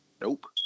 Nope